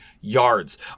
yards